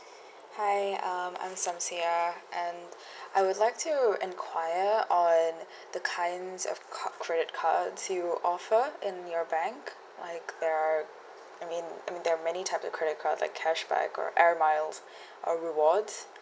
hi um I'm samsiah and I will like to enquire on the kinds of ca~ credit cards you offer in your bank like err I mean I mean there are many types of credit card like cashback or air miles or rewards